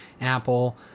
apple